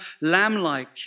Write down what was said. lamb-like